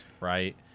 right